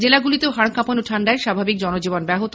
জেলাগুলিতেও হারকাঁপানো ঠান্ডায় স্বাভাবিক জনজীবন ব্যাহত